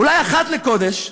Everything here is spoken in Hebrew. אולי אחת לחודש,